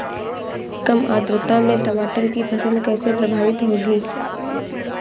कम आर्द्रता में टमाटर की फसल कैसे प्रभावित होगी?